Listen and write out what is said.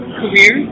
career